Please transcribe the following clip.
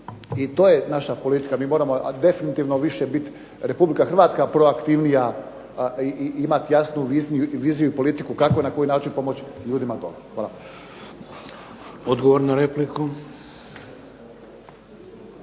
i to je naša politika. Mi moramo definitivno više biti Republika Hrvatska proaktivnija i imati jasnu viziju i politiku kako i na koji način pomoći ljudima dole. Hvala. **Šeks,